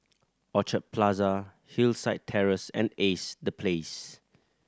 Orchard Plaza Hillside Terrace and Ace The Place